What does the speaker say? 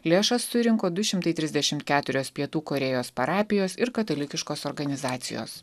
lėšas surinko du šimtai trisdešimt keturios pietų korėjos parapijos ir katalikiškos organizacijos